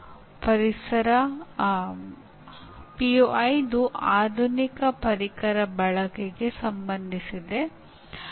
ಅವುಗಳಲ್ಲಿ ಕೆಲವು ನಾವು ಸೂಚನೆಯ ಪಠ್ಯದ ಸಮಯದಲ್ಲಿ ನೋಡುತ್ತೇವೆ